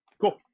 Cool